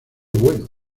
bueno